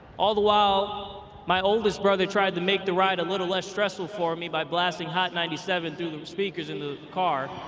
all the while my oldest brother tried to make the ride a little less stressful for me by blasting hot ninety seven through the speakers in the car.